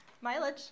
Mileage